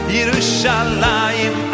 Yerushalayim